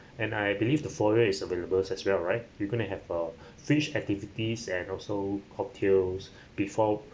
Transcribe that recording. and I believe the foyer is available as well right we're gonna have a fringe activities and also cocktails before